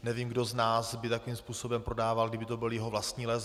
Nevím, kdo z nás by takovým způsobem prodával, kdyby to byl jeho vlastní les.